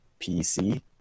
PC